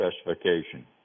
specification